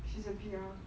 she's a pr